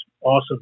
awesome